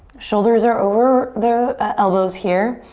shoulders are over the elbows here.